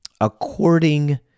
According